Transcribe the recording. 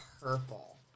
purple